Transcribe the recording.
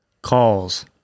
calls